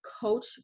coach